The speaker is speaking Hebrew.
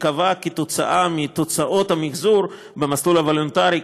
תיקבע לפי תוצאות המחזור במסלול הוולונטרי,